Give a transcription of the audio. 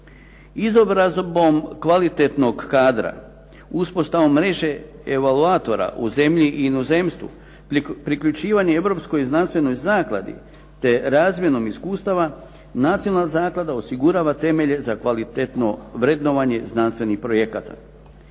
Izobrazbom kvalitetnog kadra, uspostavom mreže evaloatora u zemlji i inozemstvu, priključivanje europskoj znanstvenoj zakladi, te razmjenom iskustava nacionalna zaklada osigurava temelje za kvalitetno vrednovanje znanstvenih projekata.